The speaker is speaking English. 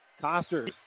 Coster